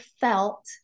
felt